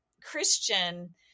Christian